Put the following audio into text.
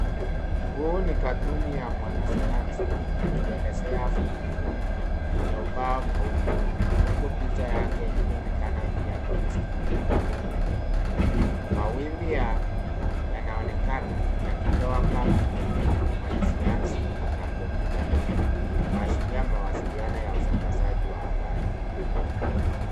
Huu ni katuni ya mwanasayansi akielezea fomyula kwenye ubao mweupe huku picha yake ikionekana pia kwenye skrini ya kompyuta ndogo. Mawimbi yanaonekana yakitoka kwenye mwanasayansi na kompyuta ndogo kuashiria mawasiliano ya usambazaji wa habari.